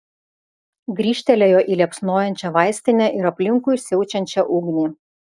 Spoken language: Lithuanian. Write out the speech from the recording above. grįžtelėjo į liepsnojančią vaistinę ir aplinkui siaučiančią ugnį